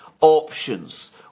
options